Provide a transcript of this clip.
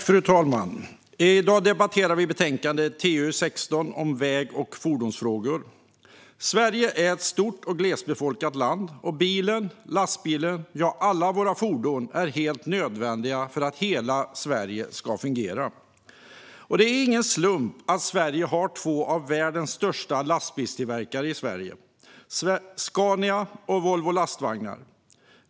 Fru talman! I dag debatterar vi betänkande TU16 om väg och fordonsfrågor Sverige är ett stort och glesbefolkat land. Bilen, lastbilen - ja, alla våra fordon är helt nödvändiga för att hela Sverige ska fungera. Det är ingen slump att två av världens största lastbilstillverkare finns i Sverige: Scania och Volvo Lastvagnar.